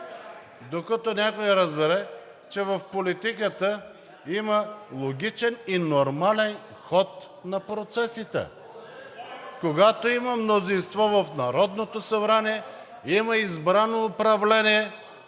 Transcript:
„Ууу!“) разбере, че в политиката има логичен и нормален ход на процесите, когато има мнозинство в Народното събрание, има избрано управление